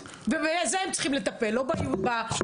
הם צריכים לטפל בזה,